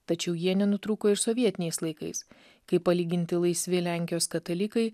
tačiau jie nenutrūko ir sovietiniais laikais kai palyginti laisvi lenkijos katalikai